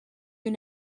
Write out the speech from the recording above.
you